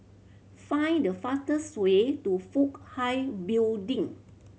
find the fastest way to Fook Hai Building